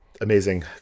amazing